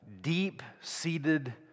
deep-seated